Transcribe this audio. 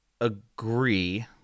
agree